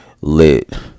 lit